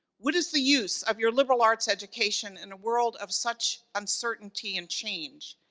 what is the use of your liberal arts education in a world of such uncertainty and change.